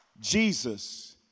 Jesus